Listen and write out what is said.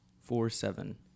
Four-seven